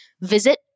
Visit